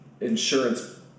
insurance –